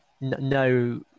no